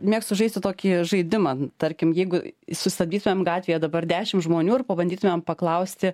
mėgstu žaisti tokį žaidimą tarkim jeigu sustabdytam gatvėje dabar dešimt žmonių ir pabandytumėm paklausti